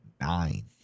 nine